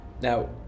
Now